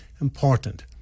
important